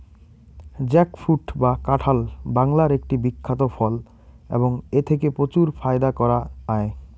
jackfruit বা কাঁঠাল বাংলার একটি বিখ্যাত ফল এবং এথেকে প্রচুর ফায়দা করা য়ায়